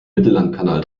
mittellandkanal